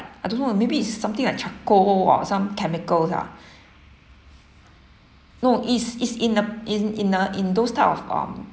I don't know oh maybe it's something like charcoal or some chemicals ah no it's is in a in in a in those type of um